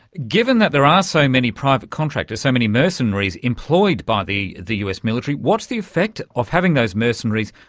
given that there are so many private contractors, so many mercenaries employed by the the us military, what's the effect of having those mercenaries,